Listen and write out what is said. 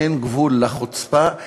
אין גבול לחוצפה,